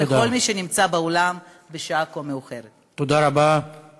כזאת שתפתח בפניהם אפשרויות רכישת שירותים חברתיים רחבים יותר,